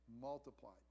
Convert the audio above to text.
multiplied